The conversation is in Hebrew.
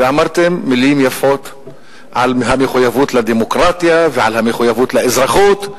ואמרתם מלים יפות על המחויבות לדמוקרטיה ועל המחויבות לאזרחות,